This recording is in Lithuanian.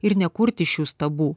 ir nekurti šių stabų